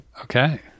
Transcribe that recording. Okay